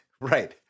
Right